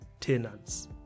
tenants